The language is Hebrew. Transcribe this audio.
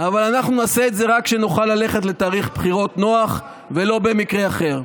אבל אנחנו נעשה את זה רק כשנוכל ללכת לתאריך בחירות נוח ולא במקרה אחר.